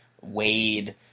Wade